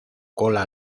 cola